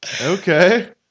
Okay